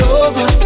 over